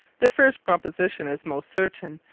the first proposition is most certaine,